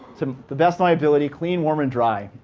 to the best of my ability, clean, warm, and dry.